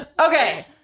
Okay